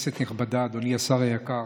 נכבדה, אדוני השר היקר,